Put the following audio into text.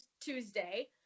Tuesday